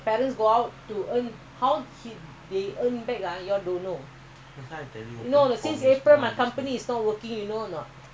another story after another story lah you !huh! you complete your army first !huh! since april